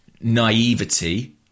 naivety